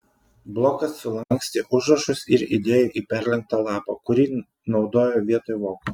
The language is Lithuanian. blokas sulankstė užrašus ir įdėjo į perlenktą lapą kurį naudojo vietoj voko